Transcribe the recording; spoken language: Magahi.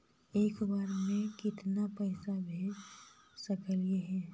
एक बार मे केतना पैसा भेज सकली हे?